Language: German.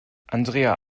andrea